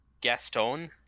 Gaston